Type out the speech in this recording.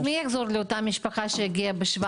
מי יעזור לאותה משפחה שהגיעה ב-17.4?